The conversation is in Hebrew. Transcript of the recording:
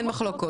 אין מחלוקות.